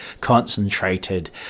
concentrated